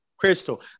Crystal